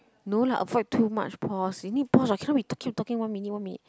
no lah avoid too much pause you need pause what cannot be talking talking one minute one minute